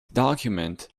document